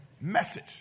message